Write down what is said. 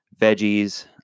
veggies